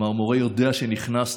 כלומר המורה יודע שנכנסת,